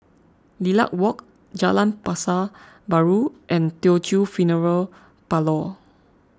Lilac Walk Jalan Pasar Baru and Teochew Funeral Parlour